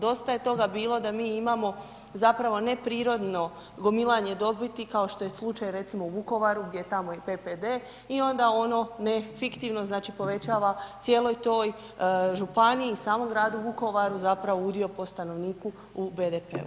Dosta je toga bilo, da mi imamo zapravo neprirodno gomilanje dobiti, kao što je slučaj recimo u Vukovaru, gdje je i tamo PPD i onda ono neefektivno, znači povećava cijeloj toj županiji i samom gradu Vukovaru, zapravo udio po stanovniku u BDP-u.